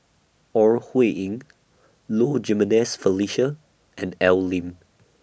Ore Huiying Low Jimenez Felicia and Al Lim